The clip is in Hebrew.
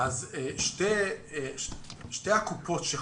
שתי הקופות שחולקו,